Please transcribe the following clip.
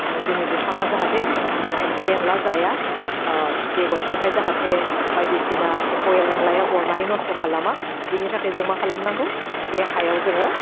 ओह जोंनि जुखामा जाहाथे एम्फौ एनला जाया ओह बेगरखौहाय जाहाते बायदिसिना एम्फौ एनलाया अरनानै नस्थ' खालामा बिनि थाखाय जों मा खालामनांगौ बे हायाव जोङो